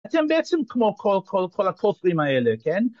אתם בעצם כמו כל הכופרים האלו, כן?